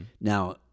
now